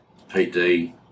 PD